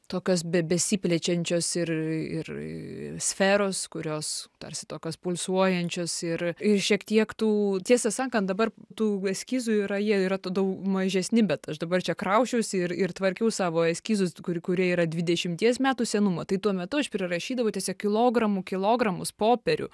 tokios be besiplečiančios ir ir ir sferos kurios tarsi tokios pulsuojančios ir ir šiek tiek tų tiesą sakant dabar tų eskizų yra jie yra ta daug mažesni bet aš dabar čia krausčiausi ir ir tvarkiau savo eskizus kur kurie yra dvidešimies metų senumo tai tuo metu aš prirašydavau tiesiog kilogramų kilogramus popierių